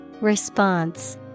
Response